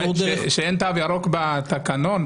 כשאין תו ירוק בתקנות,